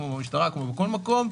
כמו במשטרה וכמו בכל מקום.